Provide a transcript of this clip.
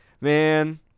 Man